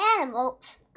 animals